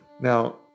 Now